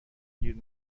گیر